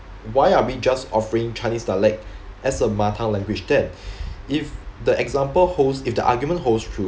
why are we just offering chinese dialect as a mother language then if the example holds if the argument holds true